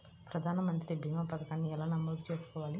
ప్రధాన మంత్రి భీమా పతకాన్ని ఎలా నమోదు చేసుకోవాలి?